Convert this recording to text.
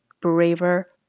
braver